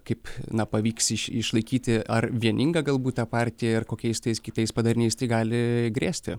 kaip na pavyks išlaikyti ar vieningą galbūt ta partiją ir kokiais tais kitais padariniais tai gali grėsti